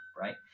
right